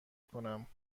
کنم